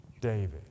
David